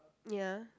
ya